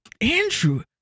Andrew